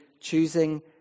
choosing